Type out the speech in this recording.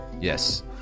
Yes